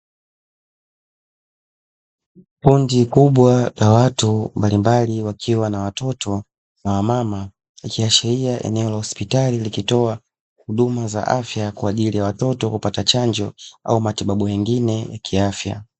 Kundi kubwa la watu mbalimbali, wakiwa na watoto na wamama ikiashiria eneo la hospitali, likitoa huduma za afya kwaajili ya watoto kupata chanjo au matibabu mengine ya kiafya.